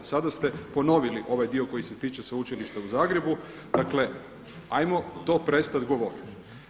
Sada ste ponovili ovaj dio koji se tiče Sveučilišta u Zagrebu, dakle ajmo to prestati govoriti.